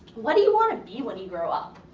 what do you wanna be when you grow up?